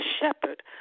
shepherd